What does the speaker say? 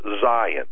Zion